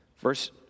Verse